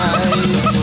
eyes